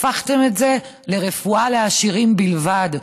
הפכתם את זה לרפואה לעשירים בלבד.